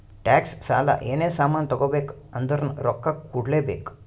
tax, ಸಾಲ, ಏನೇ ಸಾಮಾನ್ ತಗೋಬೇಕ ಅಂದುರ್ನು ರೊಕ್ಕಾ ಕೂಡ್ಲೇ ಬೇಕ್